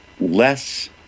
less